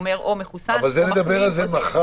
שאומר או מחוסן או מחלים --- נדבר על זה מחר.